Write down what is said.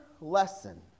lesson